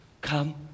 come